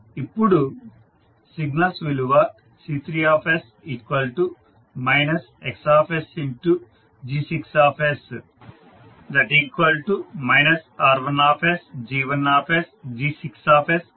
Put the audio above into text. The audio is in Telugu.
ఇప్పుడు సిగ్నల్స్ విలువ C3 XG6 R1G1G6R2G2G6 R3G3G6